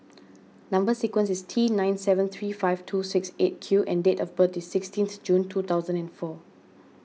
Number Sequence is T nine seven three five two six eight Q and date of birth is sixteenth June two thousand and four